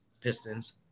pistons